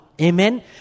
Amen